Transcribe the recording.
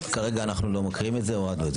כרגע אנחנו לא מקריאים את זה הורדנו את זה.